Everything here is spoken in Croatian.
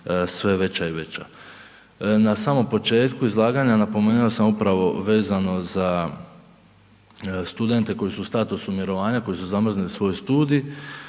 sve veća i veća. Na samom početku izlaganja napomenuo sam upravo vezano za studente koji su u statusu mirovanja, koji su zamrznuli svoj studij,